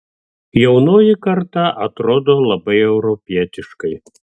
jaunoji karta atrodo labai europietiškai